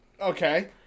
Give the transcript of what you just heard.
Okay